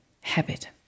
habit